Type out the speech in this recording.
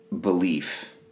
Belief